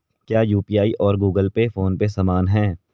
क्या यू.पी.आई और Google Pay PhonePe समान हैं?